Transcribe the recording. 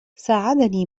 ساعدني